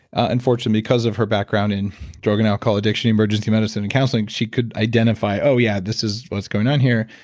unfortunately because of her background in drug and alcohol addiction, emergency medicine, and like she could identify, oh yeah, this is what's going on here.